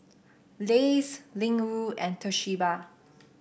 Lays Ling Wu and Toshiba